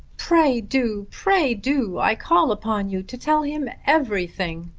pray do pray do. i call upon you to tell him everything.